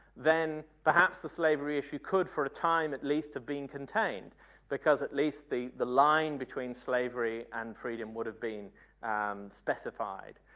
then perhaps the slavery issue could for a time, at least had been contained because at least the the line between slavery and freedom would have been specified.